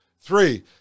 Three